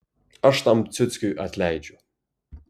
aš tam ciuckiui atleidžiu